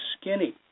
skinny